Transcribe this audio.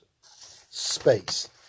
space